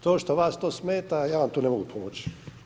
To što vas to smeta ja vam tu ne mogu pomoć.